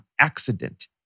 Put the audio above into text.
accident